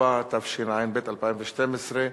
4), התשע"ב 2012,